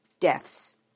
Deaths